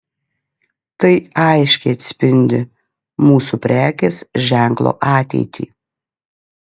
tai aiškiai atspindi mūsų prekės ženklo ateitį